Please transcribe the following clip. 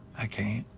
i can't.